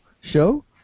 show